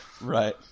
Right